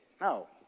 No